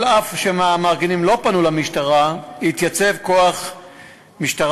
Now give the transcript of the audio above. אף שהמארגנים לא פנו למשטרה, התייצב כוח משטרה